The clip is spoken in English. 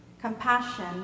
Compassion